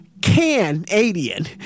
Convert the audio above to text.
Canadian